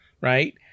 right